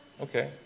Okay